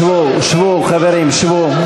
שבו, שבו, חברים, שבו.